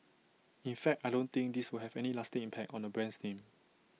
in fact I don't think this will have any lasting impact on the brand name